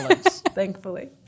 thankfully